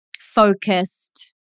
focused